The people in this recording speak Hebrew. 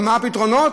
ומה הפתרונות?